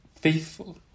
faithful